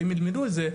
שהם ילמדו את זה,